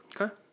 Okay